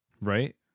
Right